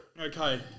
okay